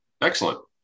Excellent